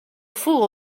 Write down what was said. fool